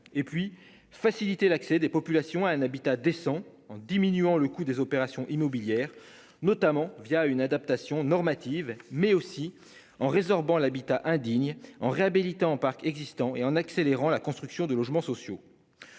et puis faciliter l'accès des populations à un habitat décent en diminuant le coût des opérations immobilières notamment via une adaptation normative mais aussi en résorbant l'habitat indigne, en réhabilitant parc existant et en accélérant la construction de logements sociaux.